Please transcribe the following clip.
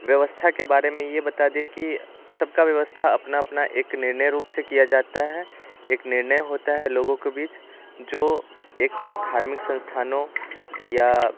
व्यवस्था के बारे में ये बता दें कि सबका व्यवस्था अपना अपना एक निर्णय रूप से किया जाता है एक निर्णय होता है लोगों के बीच जो एक धार्मिक संस्थानों या